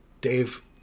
Dave